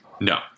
No